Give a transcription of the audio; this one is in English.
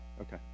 okay